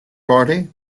party